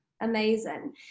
amazing